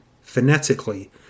phonetically